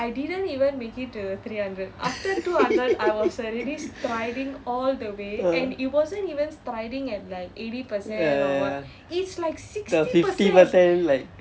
uh ya ya ya the fifty percent like